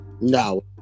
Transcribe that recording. No